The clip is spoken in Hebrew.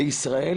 בישראל